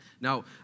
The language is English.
Now